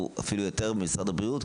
זה אפילו יותר ממשרד הבריאות,